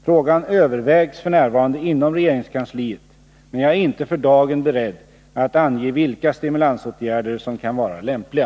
Frågan övervägs f.n. inom regeringskansliet, men jag är inte för dagen beredd att ange vilka stimulansåtgärder som kan vara lämpliga.